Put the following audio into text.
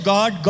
God